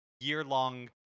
year-long